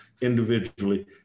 individually